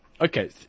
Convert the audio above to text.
okay